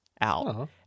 out